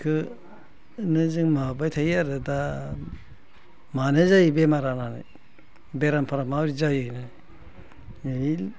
बेखौनो जों माबाबाय थायो आरो दा मानो जायो बेमारा होननानै बेरामफोरा माबोरै जायो होननानै ओइ